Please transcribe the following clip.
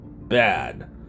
bad